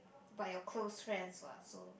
by your close friends what so